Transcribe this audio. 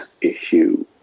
issue